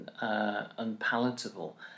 unpalatable